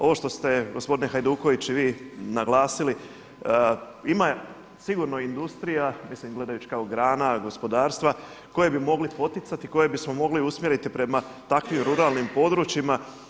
Ovo što ste gospodine Hajduković i vi naglasili ima sigurno industrija gdje, mislim gledajući kao grana gospodarstva koje bi mogli poticati i koje bismo mogli usmjeriti prema takvim ruralnim područjima.